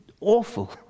awful